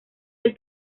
del